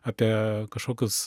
apie kažkokius